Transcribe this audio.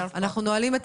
אנחנו נועלים את